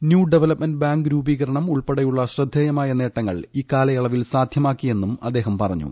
new development bank രൂപീകരണം ഉൾപ്പെടെയുള്ള ശ്രദ്ധേയമായ നേട്ടങ്ങൾ ഇക്കാലയളവിൽ സാധ്യമാക്കിയെന്നും അദ്ദേഹം പറഞ്ഞു